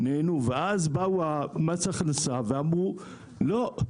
או אז באו מס ההכנסה ואמרו: "לא,